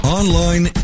online